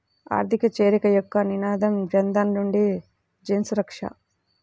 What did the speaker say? ఆర్థిక చేరిక యొక్క నినాదం జనధన్ నుండి జన్సురక్ష